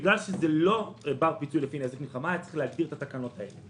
בגלל שזה לא בר פיצוי לפי נזק מלחמה היה צריך להגדיר את הסעיף הזה.